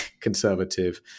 conservative